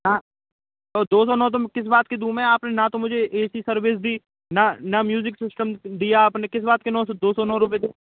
हाँ तो दो सौ नौ तुम किस बात के दूँ में आपने ना तो मुझे ऐसी सर्विस दी ना ना म्यूजिक सिस्टम दिया आपने किस बात नौ सौ दो सौ नौ रुपए दूँ